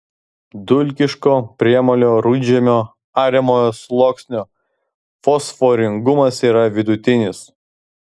dulkiško priemolio rudžemio ariamojo sluoksnio fosforingumas yra vidutinis